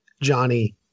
Johnny